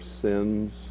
sins